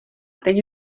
teď